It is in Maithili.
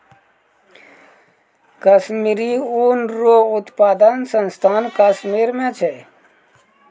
कश्मीरी ऊन रो उप्तादन स्थान कश्मीर मे छै